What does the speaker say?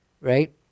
right